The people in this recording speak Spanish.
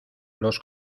los